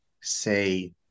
say